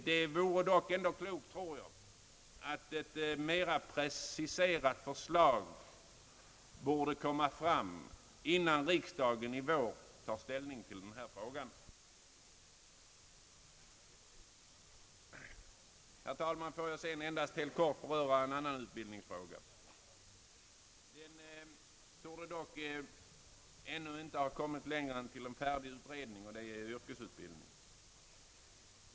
Jag tror emellertid ändå att det vore klokt att lägga fram ett mera preciserat förslag, innan riksdagen i vår tar ställning i denna fråga. Herr talman! Får jag sedan endast helt kort beröra en annan utbildningsfråga, som dock ännu inte torde ha kommit längre än till en färdig utredning. Det är yrkesutbildningen.